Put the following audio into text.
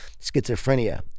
schizophrenia